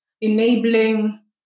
enabling